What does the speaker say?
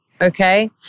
okay